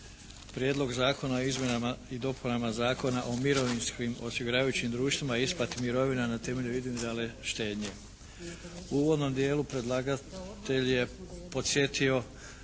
Prijedlog zakona o izmjenama i dopunama Zakona o mirovinskim osiguravajućim društvima i isplati mirovina na temelju individualne štednje. U uvodnom dijelu predlagatelj je podsjetio